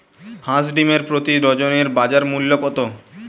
হাঁস ডিমের প্রতি ডজনে বাজার মূল্য কত?